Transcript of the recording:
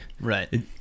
Right